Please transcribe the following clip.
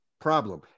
problem